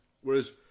Whereas